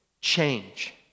Change